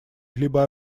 либо